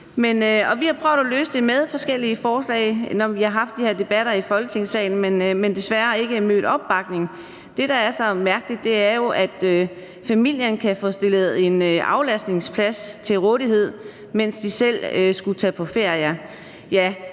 vi har prøvet at løse det med forskellige forslag, når vi har haft de her debatter i Folketingssalen, men desværre ikke mødt opbakning. Det, der er så mærkeligt, er jo, at familien kan få stillet en aflastningsplads til rådighed, mens de selv skal tage på ferie.